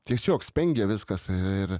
tiesiog spengia viskas ir